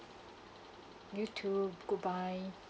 you too goodbye